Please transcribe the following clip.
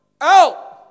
Out